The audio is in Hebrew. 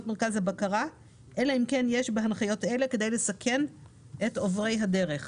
מרכז הבקרה אלא אם כן יש בהנחיות אלה כדי לסכן אל עוברי הדרך.